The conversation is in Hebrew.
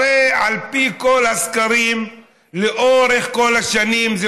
הרי על פי כל הסקרים לאורך כל השנים זה